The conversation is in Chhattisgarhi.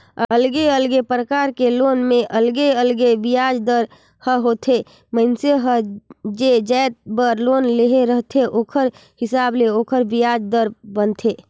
अलगे अलगे परकार के लोन में अलगे अलगे बियाज दर ह होथे, मइनसे हर जे जाएत बर लोन ले रहथे ओखर हिसाब ले ओखर बियाज दर बनथे